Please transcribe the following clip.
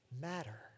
matter